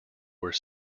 were